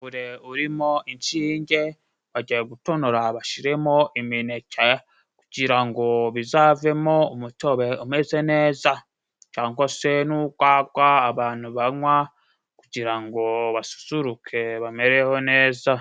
Umuvure urimo inshinge, bagiye gutonora bashyiremo imineke, kugira ngo bizavemo umutobe umeze neza, cyangwa se n'urwagwa abantu banywa kugira ngo basusuruke, bamererwe neza.